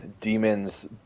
demons